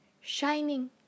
shining